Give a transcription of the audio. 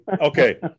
okay